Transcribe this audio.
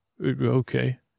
Okay